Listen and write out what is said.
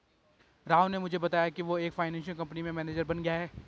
राव ने मुझे बताया कि वो एक फाइनेंस कंपनी में मैनेजर बन गया है